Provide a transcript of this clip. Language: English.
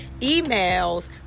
emails